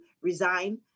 resign